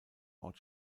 ort